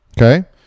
okay